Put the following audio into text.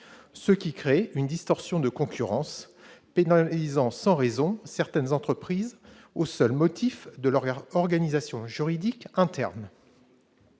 ce qui crée une distorsion de concurrence pénalisant sans raison certaines entreprises au seul motif de leur organisation juridique interne.